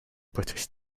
british